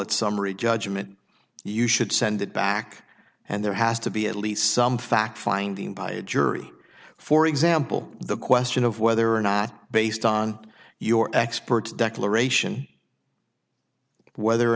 at summary judgment you should send it back and there has to be at least some fact finding by a jury for example the question of whether or not based on your experts declaration whether or